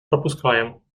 пропускаем